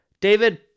David